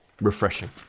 refreshing